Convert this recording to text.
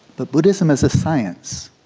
but buddhism as a science,